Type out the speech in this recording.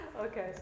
Okay